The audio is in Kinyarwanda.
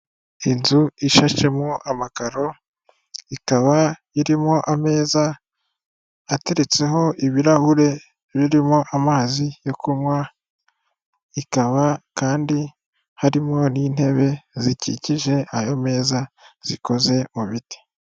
Inzu ishashemo amakaro ikaba irimo ameza ateretseho ibirahure birimo amazi yo kunywa ikaba kandi harimo n'intebe zikikije ayo meza zikoze mu biti.